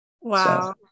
Wow